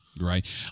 Right